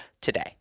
today